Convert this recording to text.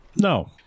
no